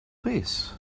this